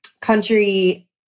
country